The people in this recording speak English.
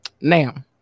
Now